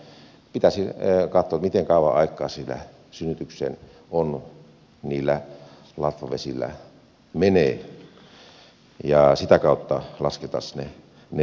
elikkä pitäisi katsoa miten kauan aikaa siinä synnytykseen niillä latvavesillä menee ja sitä kautta laskettaisiin ne riskit